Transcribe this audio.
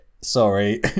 Sorry